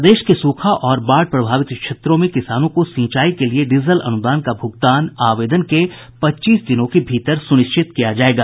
प्रदेश के सूखा और बाढ़ प्रभावित क्षेत्रों में किसानों को सिंचाई के लिए डीजल अनुदान का भुगतान आवेदन के पच्चीस दिनों के भीतर सुनिश्चित किया जायेगा